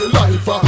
life